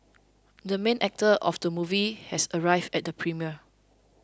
the main actor of the movie has arrived at the premiere